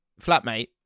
flatmate